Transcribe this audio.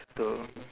so